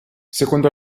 secondo